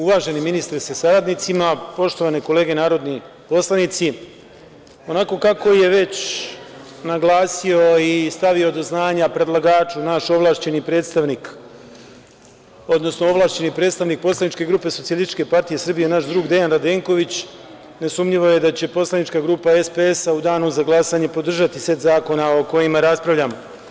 Uvaženi ministre sa saradnicima, poštovane kolege narodni poslanici, onako kako je već naglasio i stavio do znanja predlagaču naš ovlašćeni predstavnik, odnosno ovlašćeni predstavnik poslaničke grupe SPS, naš drug Dejan Radenković, nesumnjivo je da će poslanička grupa SPS u danu za glasanje podržati set zakona o kojima raspravljamo.